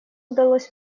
удалось